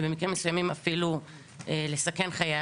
ובמקרים מסוימים אפילו לסכן חיי אדם.